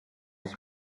ich